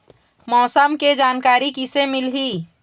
मौसम के जानकारी किसे मिलही?